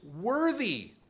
worthy